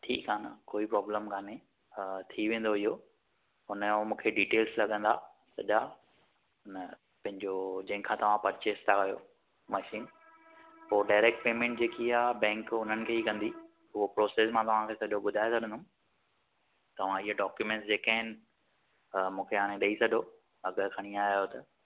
ठीकु आहे न कोई प्रॉब्लम काने हा थी वेंदव इहो हुनजो मूंखे डिटेल्स लॻंदा सॼा न पंहिंजो जंहिंखां तव्हां परचेस था कयो मशीन पोइ डायरेक्ट पेमेंट जेकी आहे बैंक उन्हनि खे ई कंदी उहो प्रोसेस मां तव्हांखे सॼो ॿुधाए छॾंदुमि तव्हां इहे डॉक्यूमेंट्स जेके आहिनि हा मूंखे हाणे ॾेई छॾियो अगरि खणी आया आहियो त